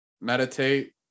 meditate